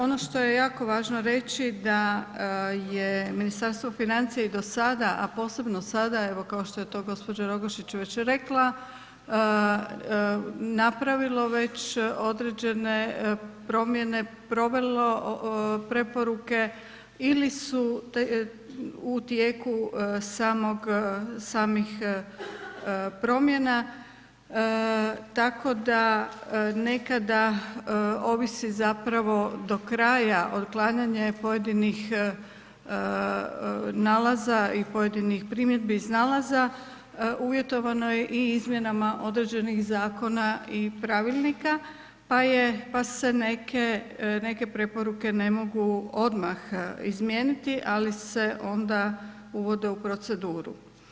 Ono što je jako važno reći da je Ministarstvo financija i do sada, a posebno sada evo kao što je to gospođa Rogošić već rekla, napravilo već određene promjene, provelo preporuke ili su u tijeku samog, samih promjena tako da nekada ovisi zapravo do kraja otklanjanje pojedinih nalaza i pojedinih primjedbi iz nalaza, uvjetovano je i izmjenama određenih zakona i pravilnika pa je, pa se neke preporuke ne mogu odmah izmijeniti, ali se onda uvode u proceduru.